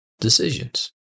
decisions